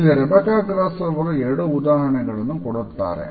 ಇಲ್ಲಿ Rebecca Gross ರವರು 2 ಉದಾಹರಣೆಗಳನ್ನು ಕೊಡುತ್ತಾರೆ